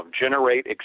generate